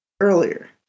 earlier